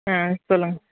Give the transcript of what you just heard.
ஆ சொல்லுங்க